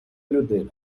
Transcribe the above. людини